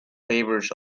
favours